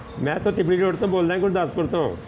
ਮੈਂ ਤੋਂ ਬੋਲਦਾ ਗੁਰਦਾਸਪੁਰ ਤੋਂ